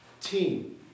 team